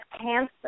cancer